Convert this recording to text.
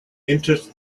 entered